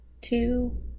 Two